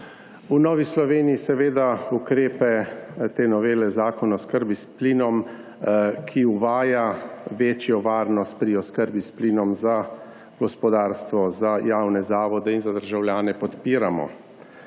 V Novi Sloveniji seveda ukrepe te novele zakona o oskrbi s plinom, ki uvaja večjo varnost pri oskrbi s plinom za gospodarstvo, za javne zavode in za državljane, podpiramo.